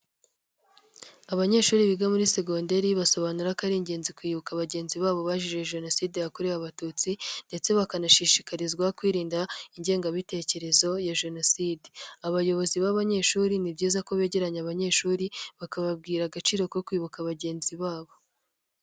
Abanyeshuri biga muri segonderi basobanura ko ari ingenzi kwibuka bagenzi babo bazize jenoside yakorewe abatutsi ndetse bakanashishikarizwa kwirinda ingengabitekerezo ya jenoside, abayobozi b'abanyeshuri ni byiza ko begeranya abanyeshuri bakababwira agaciro ko kwibuka bagenzi babo.